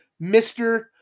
Mr